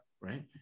right